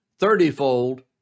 thirtyfold